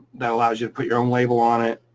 that allows you to put your own label on it,